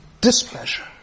displeasure